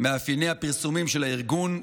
מאפייני הפרסומים של הארגון,